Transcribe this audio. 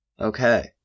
Okay